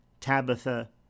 Tabitha